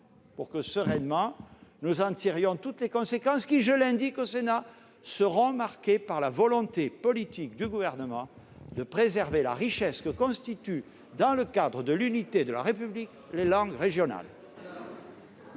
pour que, sereinement, nous en tirions toutes les conséquences. Ces dernières, je l'indique également au Sénat, seront marquées par la volonté politique du Gouvernement de préserver la richesse que constituent, dans le cadre de l'unité de la République, les langues régionales.